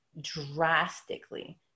drastically